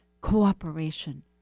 cooperation